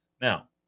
now